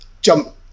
jump